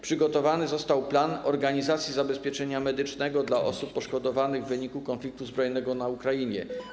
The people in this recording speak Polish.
Przygotowany został plan organizacji zabezpieczenia medycznego dla osób poszkodowanych w wyniku konfliktu zbrojnego na Ukrainie.